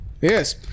Yes